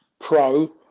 pro